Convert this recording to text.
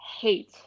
hate